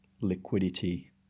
liquidity